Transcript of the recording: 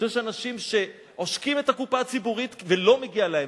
שיש אנשים שעושקים את הקופה הציבורית ולא מגיע להם,